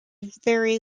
very